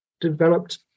developed